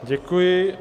Děkuji.